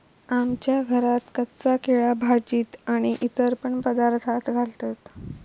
आमच्या घरात कच्चा केळा भाजीत आणि इतर पण पदार्थांत घालतत